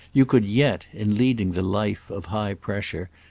you could yet, in leading the life of high pressure,